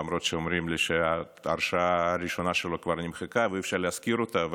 למרות שאומרים לי שההרשעה הראשונה שלו כבר נמחקה ואי-אפשר להזכיר אותה.